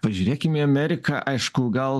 pažiūrėkim į ameriką aišku gal